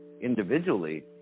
individually